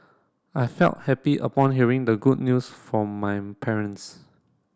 I felt happy upon hearing the good news from my parents